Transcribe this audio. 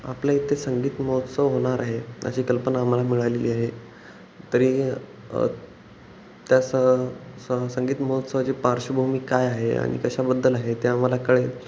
आपल्या इथे संगीत महोत्सव होणार आहे अशी कल्पना आम्हाला मिळालेली आहे तरी त्या स स संगीत महोत्सवाची पार्श्वभूमी काय आहे आणि कशाबद्दल आहे ते आम्हाला कळेल